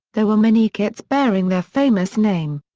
there were many kits bearing their famous name.